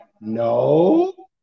No